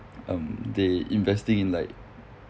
um they investing in like